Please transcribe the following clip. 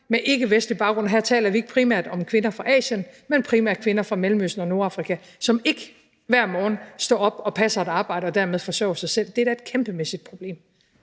med ikkevestlig baggrund, og her taler vi ikke primært om kvinder fra Asien, men primært om kvinder fra Mellemøsten og Nordafrika, som ikke hver morgen står op og passer et arbejde og dermed forsørger sig selv. Det er da et kæmpemæssigt problem.